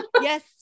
Yes